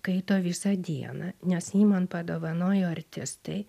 kaito visą dieną nes jį man padovanojo artistai